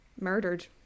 murdered